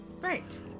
Right